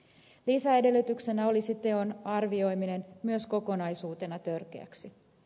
lisäedellytyksenä olisi teon arvioiminen myös kokonaisuutena törkeäksi